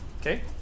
Okay